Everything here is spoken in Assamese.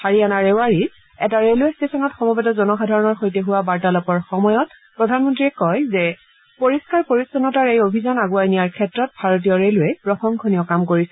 হাৰিয়ানাৰ ৰেৱাৰীৰ এটা ৰেলৱে ষ্টেচনত সমবেত জনসাধাৰণৰ সৈতে হোৱা বাৰ্তালাপৰ সময়ত প্ৰধানমন্ত্ৰীয়ে কয় যে পৰিষ্ণাৰ পৰিচ্ছন্নতাৰ এই অভিযান আগুৱাই নিয়াৰ ক্ষেত্ৰত ভাৰতীয় ৰেলৰে প্ৰশংসনীয় কাম কৰিছে